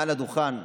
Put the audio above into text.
מעל הדוכן,